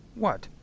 what,